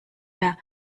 der